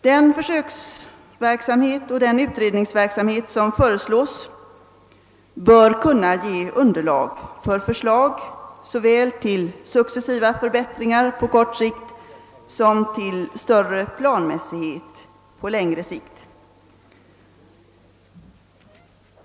Den försöksverksamhet och den utredningsverksamhet som föreslås bör kunna ge underlag för förslag såväl till successiva förbättringar på kort sikt som till större planmässighet på längre sikt.